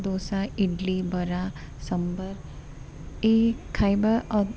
ଦୋସା ଇଡ଼ଲି ବରା ସମ୍ବର ଏଇ ଖାଇବା